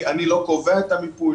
אני לא קובע את המיפוי,